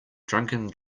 drunken